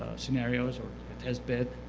scenarios or a test bed?